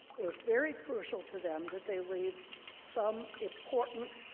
it was very crucial to them that they leave some important,